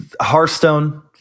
Hearthstone